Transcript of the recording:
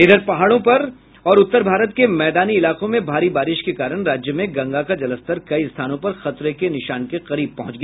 इधर पहाड़ों और उत्तर भारत के मैदानी इलाकों में भारी बारिश के कारण राज्य में गंगा का जलस्तर कई स्थानों पर खतरे के निशान के करीब पहुंच गया